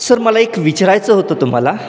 sir मला एक विचारायचं होतं तुम्हाला